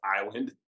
island